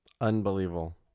Unbelievable